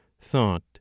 thought